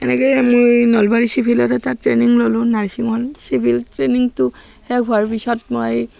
এনেকৈ মই নলবাৰী চিভিলত এটা ট্ৰেইনিং ললোঁ নাৰ্ছিঙৰ চিভিল ট্ৰেইনিংটো শেষ হোৱাৰ পিছত মই